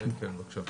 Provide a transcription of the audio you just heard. כן, בקשה.